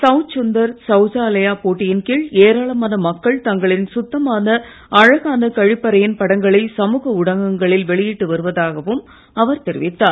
சௌச் சுந்தர் சௌச்சாலய் போட்டியின் கீழ் ஏராளமான மக்கள் தங்களின் சுத்தமான அழகான கழிப்பறையின் படங்களை சமூக ஊடகங்களின் வெளியிட்டு வருவதாகவும் அவர் தெரிவித்தார்